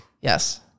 Yes